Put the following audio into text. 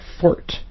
Fort